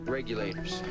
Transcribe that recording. Regulators